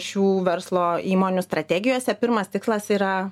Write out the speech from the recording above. šių verslo įmonių strategijose pirmas tikslas yra